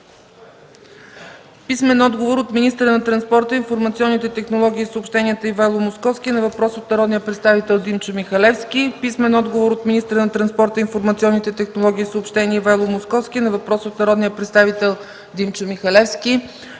Михалевски; - от министъра на транспорта, информационните технологии и съобщенията Ивайло Московски на въпрос от народния представител Димчо Михалевски; - от министъра на транспорта, информационните технологии и съобщенията Ивайло Московски на въпрос от народния представител Димчо Михалевски;